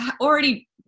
already